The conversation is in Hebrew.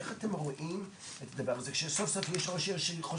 איך אתם רואים את הדבר הזה שסוף סוף יש ראש עיר שחושב,